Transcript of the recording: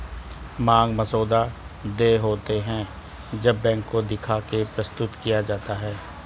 मांग मसौदा देय होते हैं जब बैंक को दिखा के प्रस्तुत किया जाता है